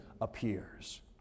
appears